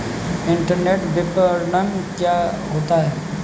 Internet विपणन क्या होता है?